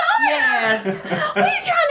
Yes